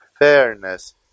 fairness